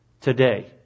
today